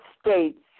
states